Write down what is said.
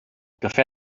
cafè